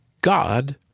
God